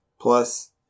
Plus